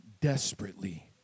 desperately